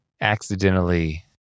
accidentally